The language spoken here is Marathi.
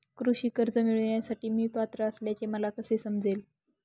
कृषी कर्ज मिळविण्यासाठी मी पात्र असल्याचे मला कसे समजेल?